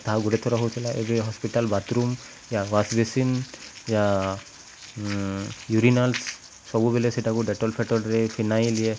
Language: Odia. ତାହା ଗୋଟେ ଥର ହଉଥିଲା ଏବେ ହସ୍ପିଟାଲ ବାଥରୁମ୍ ୟା ୱାଶବେସିନ୍ ୟା ୟୁରିନାଲ୍ସ ସବୁବେଲେ ସେଟାକୁ ଡେଟଲ ଫେଟଲରେ ଫିନାଇଲ୍ ୟା